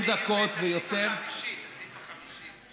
דקות ויותר, את הסעיף החמישי.